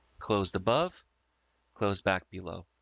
closed above closed back below,